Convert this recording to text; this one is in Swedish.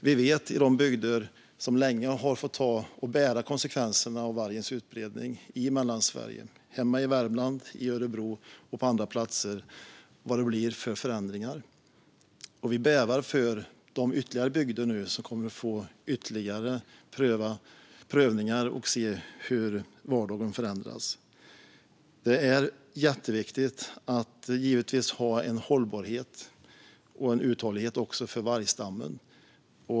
Vi vet vad det blivit för förändringar i de bygder i Mellansverige som länge har fått bära konsekvenserna av vargens utbredning - hemma i Värmland, i Örebro och på andra platser. Vi bävar för hur ytterligare bygder nu kommer att få fler prövningar och kommer att få se hur vardagen förändras. Det är givetvis jätteviktigt att ha en hållbarhet och en uthållighet för vargstammen.